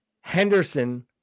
Henderson